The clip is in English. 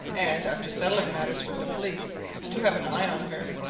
and, after settling matters with the police to have an eye on her,